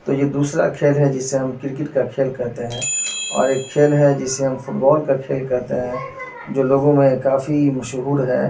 تو یہ دوسرا کھیل ہے جسے ہم کرکٹ کا کھیل کہتے ہیں اور ایک کھیل ہے جسے ہم فٹ بال کا کھیل کہتے ہیں جو لوگوں میں کافی مشہور ہے